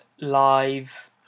live